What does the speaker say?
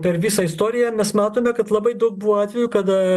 per visą istoriją mes matome kad labai daug buvo atvejų kada